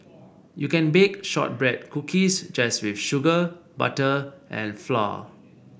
you can bake shortbread cookies just with sugar butter and flour